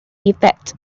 effect